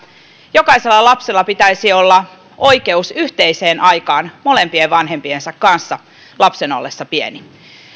jokaisella lapsella pitäisi olla oikeus yhteiseen aikaan molempien vanhempiensa kanssa lapsen ollessa pieni